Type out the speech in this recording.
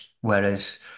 Whereas